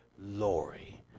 Lori